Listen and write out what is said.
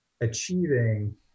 achieving